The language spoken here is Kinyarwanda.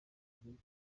derek